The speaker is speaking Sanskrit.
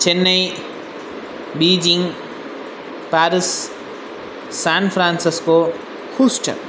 Chennai Beijing Paris San Francisco Houston